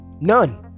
None